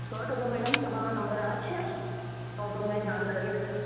સો ટકા મૅડમ તમારો નંબર આ જ છે તો હું તમને જાણ કરીશ